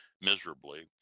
miserably